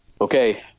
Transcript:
Okay